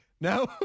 No